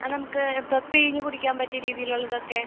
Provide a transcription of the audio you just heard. ആ നമുക്ക് ഇപ്പോൾ പിഴിഞ്ഞ് കുടിക്കാൻ പറ്റിയ രീതിയിലുള്ളതൊക്കെ